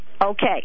okay